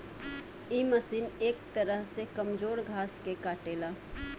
इ मशीन एक तरह से कमजोर घास के काटेला